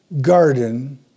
garden